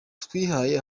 twihaye